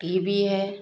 T V है